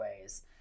ways